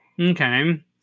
Okay